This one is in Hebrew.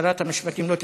שרת המשפטים לא תשיב.